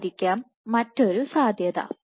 ഇത് ആയിരിക്കാം മറ്റൊരു സാധ്യത